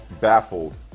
baffled